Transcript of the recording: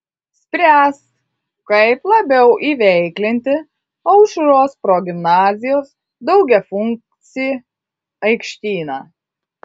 spręs kaip labiau įveiklinti aušros progimnazijos daugiafunkcį aikštyną